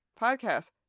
podcast